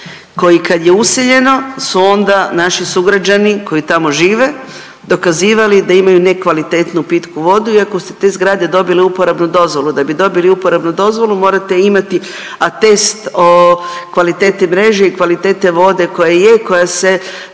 koji kad je useljeno su onda naši sugrađani koji tamo žive dokazivali da imaju nekvalitetnu pitku vodu, iako su te zgrade dobile uporabnu dozvolu. Da bi dobili uporabnu dozvolu morate imati atest o kvaliteti mreže i kvalitete vode koja je koja se